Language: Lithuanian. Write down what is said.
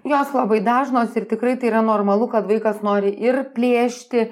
jos labai dažnos ir tikrai tai yra normalu kad vaikas nori ir plėšti